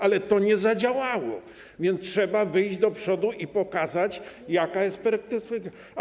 Ale to nie zadziałało, więc trzeba wyjść do przodu i pokazać, jaka jest perspektywa.